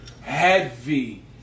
Heavy